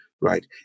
right